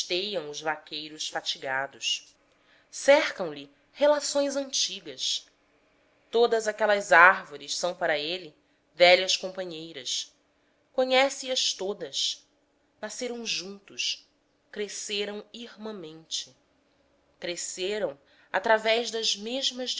os vaqueiros fatigados cercam lhe relações antigas todas aquelas árvores são para ele velhas companheiras conhece as todas nasceram juntos cresceram irmãmente cresceram através das mesmas